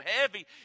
heavy